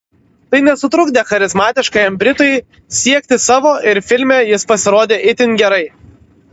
tai nesutrukdė charizmatiškajam britui siekti savo ir filme jis pasirodė itin gerai